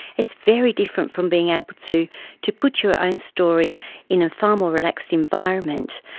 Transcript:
it's very different from being able to to put your own story in a far more relaxed environment.